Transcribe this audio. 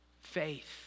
faith